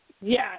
Yes